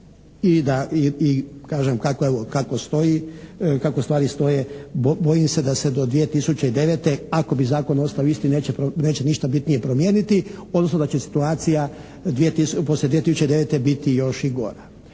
kako stoji, kako stvari stoje bojim se da se do 2009. ako bi zakon ostao isti neće ništa bitnije promijeniti, odnosno da će situacija poslije 2009. biti još i gora.